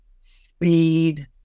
speed